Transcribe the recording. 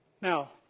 Now